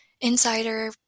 insider